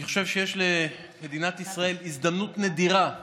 אני חושב שיש למדינת ישראל הזדמנות נדירה להוביל,